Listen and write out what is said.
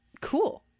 Cool